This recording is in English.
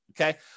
okay